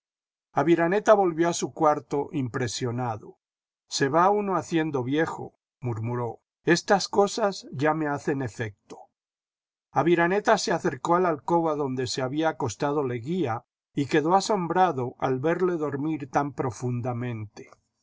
aviraneta volvió a su cuarto impresionado se va uno haciendo viejo murmuró estas cosas ya me hacen efecto aviraneta se acercó a la alcoba donde se había acostado leguía y quedó asombrado al verle dormir tan profundamente